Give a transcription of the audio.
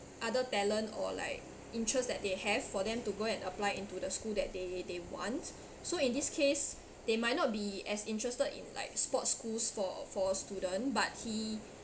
other talent or like interest that they have for them to go and apply into the school that they they want so in this case they might not be as interested in like sports schools for for student but he